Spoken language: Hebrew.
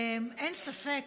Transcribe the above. אין ספק